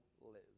live